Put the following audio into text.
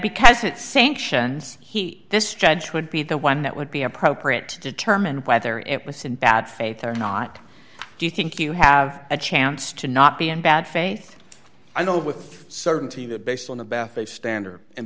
because it sanctions he this judge would be the one that would be appropriate to determine whether it was in bad faith or not do you think you have a chance to not be in bad faith i know with certainty that based on the bath a standard and